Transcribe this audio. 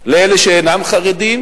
לאלה שאינם חרדים,